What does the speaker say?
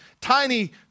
tiny